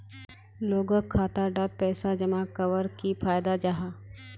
लोगोक खाता डात पैसा जमा कवर की फायदा जाहा?